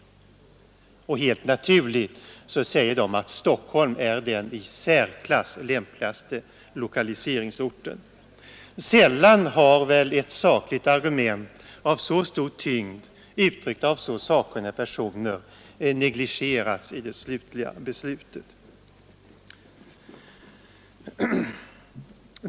Helt anturligt säger de att Stockholm är den i särklass lämpligaste lokaliseringsorten. Sällan har väl ett sakligt argument av så stor tyngd, uttryckt av så sakkunniga personer, negligerats i det slutliga avgörandet.